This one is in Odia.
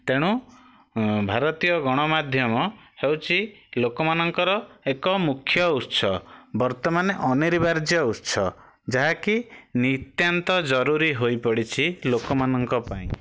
ତେଣୁ ଭାରତୀୟ ଗଣମାଧ୍ୟମ ହେଉଛି ଲୋକମାନଙ୍କର ଏକ ମୁଖ୍ୟ ଉତ୍ସ ବର୍ତ୍ତମାନେ ଅନିରବାର୍ଯ୍ୟ ଉତ୍ସ ଯାହାକି ନିତ୍ୟାନ୍ତ ଜରୁରୀ ହୋଇ ପଡ଼ିଛି ଲୋକ ମାନଙ୍କ ପାଇଁ